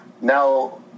Now